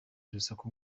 urusaku